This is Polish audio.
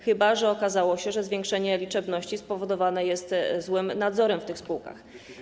Chyba że okazało się, że zwiększenie liczebności spowodowane jest złym nadzorem w tych spółkach.